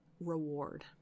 reward